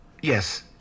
Yes